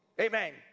Amen